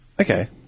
Okay